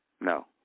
No